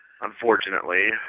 unfortunately